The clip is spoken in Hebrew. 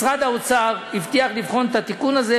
משרד האוצר הבטיח לבחון את התיקון הזה,